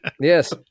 Yes